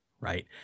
right